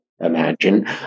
imagine